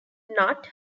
not